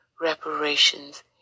reparations